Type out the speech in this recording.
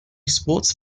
sports